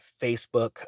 Facebook